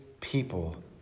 people